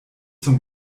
zum